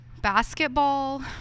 basketball